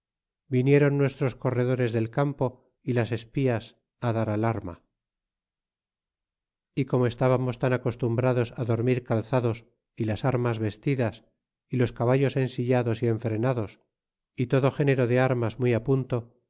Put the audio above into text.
vinieron nuestros corredores del campo y las espías dar al arma y como estábamos tan acostumbrados á dormir calzados y las armas vestidas y los caballos ensillados y enfrenados y todo género de armas muy punto